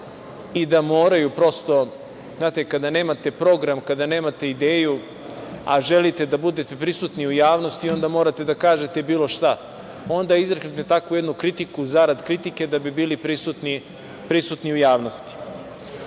scene Srbije. Prosto, znate, kada nemate program, kada nemate ideju, a želite da budete prisutni u javnosti, onda morate da kažete bilo šta, onda izreknete takvu jednu kritiku zarad kritike da bi bili prisutni u javnosti.